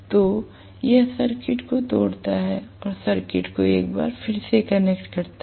तो यह सर्किट को तोड़ता है और सर्किट को एक बार फिर से कनेक्ट करता है